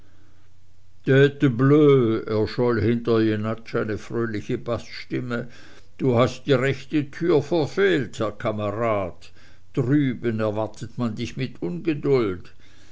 erscholl hinter jenatsch eine fröhliche baßstimme du hast die rechte türe verfehlt herr kamerad drüben erwartet man dich mit ungeduld